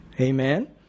Amen